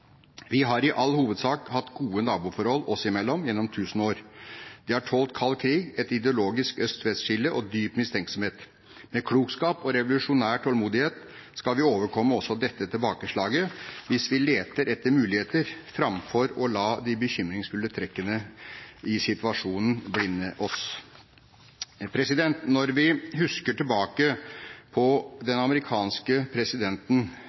Vi har i all hovedsak hatt gode naboforhold oss i mellom gjennom tusen år. Det har tålt kald krig, et ideologisk øst–vest-skille og dyp mistenksomhet. Med klokskap og «revolusjonær tålmodighet» skal vi overkomme også dette tilbakeslaget, hvis vi leter etter muligheter framfor å la de bekymringsfulle trekkene i situasjonen blinde oss. Når vi husker tilbake på at den amerikanske presidenten